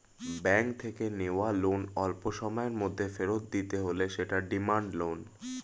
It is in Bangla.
ব্যাঙ্ক থেকে নেওয়া লোন অল্পসময়ের মধ্যে ফেরত দিতে হলে সেটা ডিমান্ড লোন